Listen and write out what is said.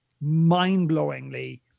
mind-blowingly